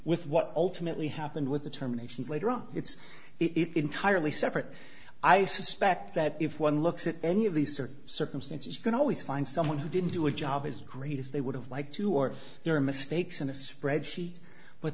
with what ultimately happened with the terminations later on it's it entirely separate i suspect that if one looks at any of these certain circumstances you can always find someone who didn't do a job as great as they would have liked to or there are mistakes in a spreadsheet but